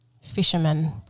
fishermen